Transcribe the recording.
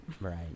Right